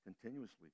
continuously